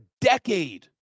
decade